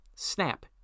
Snap